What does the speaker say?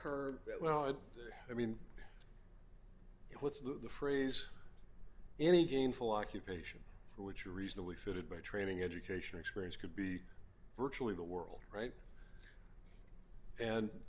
her well i mean what's the phrase any gainful occupation for which you reasonably fitted by training education experience could be virtually the world right and